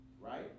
Right